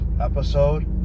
episode